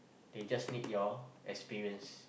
they just need your experience